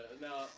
now